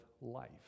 life